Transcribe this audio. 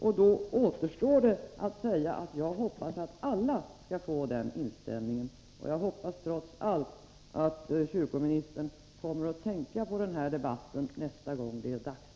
Det återstår då att säga att jag hoppas att alla skall få den inställningen. Jag hoppas trots allt att kyrkoministern kommer att tänka på denna debatt nästa gång det är dags.